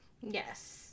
Yes